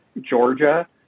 Georgia